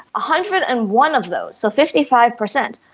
hundred and one of those, so fifty five percent,